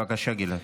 בבקשה, גלעד.